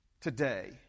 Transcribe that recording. today